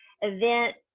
event